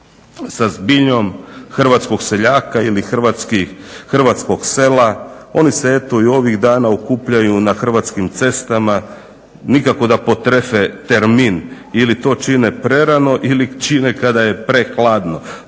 sa zbiljom hrvatskog seljaka ili hrvatskog sela. Oni se eto i ovih dana okupljaju na hrvatskim cestama. Nikako da potrefe termin, ili to čine prerano ili čine kada je prehladno.